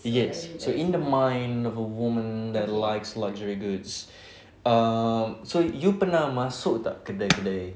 yes so in the mind of a woman that likes luxury goods err so you pernah masuk tak kedai-kedai